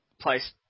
place